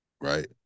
right